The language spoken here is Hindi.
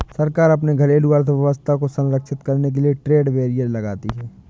सरकार अपने घरेलू अर्थव्यवस्था को संरक्षित करने के लिए ट्रेड बैरियर लगाती है